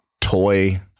Toy